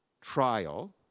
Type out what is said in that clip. Trial